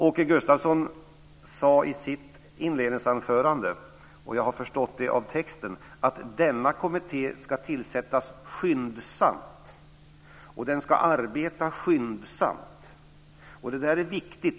Åke Gustavsson sade i sitt inledningsanförande, och jag har förstått det av texten, att denna kommitté ska tillsättas skyndsamt och den ska arbeta skyndsamt.